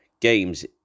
games